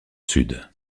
sud